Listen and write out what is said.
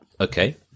okay